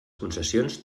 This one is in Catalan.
concessions